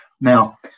Now